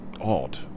odd